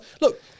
Look